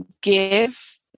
give